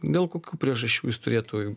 dėl kokių priežasčių jis turėtų